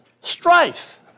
strife